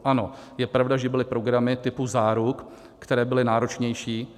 Ano, je pravda, že byly programy typu záruk, které byly náročnější.